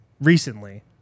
recently